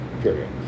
period